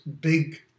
big